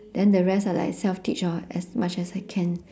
then the rest are like self teach lor as much as I can